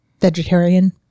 vegetarian